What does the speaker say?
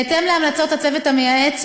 בהתאם להמלצות הצוות המייעץ,